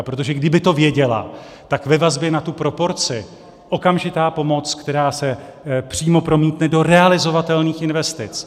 Protože kdyby to věděla, tak ve vazbě na tu proporci okamžitá pomoc, která se přímo promítne do realizovatelných investic.